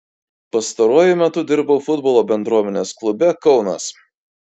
pastaruoju metu dirbau futbolo bendruomenės klube kaunas